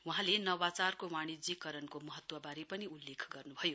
वहाँले नवाचारको वाणिज्यीकरणको महत्ववारे पनि उल्लेख गर्नुभयो